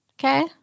Okay